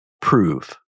prove